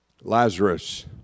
Lazarus